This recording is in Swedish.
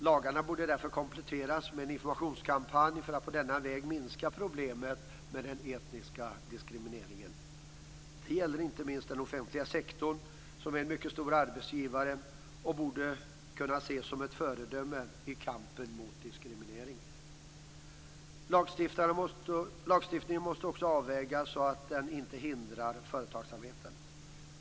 Lagarna borde därför kompletteras med en informationskampanj för att på denna väg minska problemet med den etniska diskrimineringen. Det gäller inte minst den offentliga sektorn, som är en mycket stor arbetsgivare och borde kunna ses som ett föredöme i kampen mot diskriminering. Lagstiftningen måste också avvägas så att den inte hindrar företagsamheten.